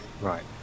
Right